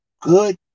good